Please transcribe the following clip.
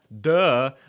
duh